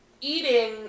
eating